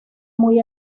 muy